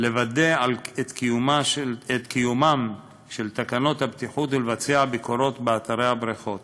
לוודא את קיומן של תקנות הבטיחות ולבצע ביקורות באתרי הבריכות.